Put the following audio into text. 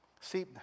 See